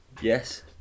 Yes